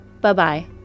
Bye-bye